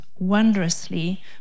wondrously